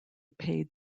paid